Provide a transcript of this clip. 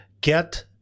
get